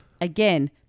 Again